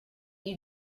you